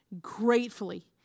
gratefully